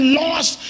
lost